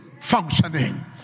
functioning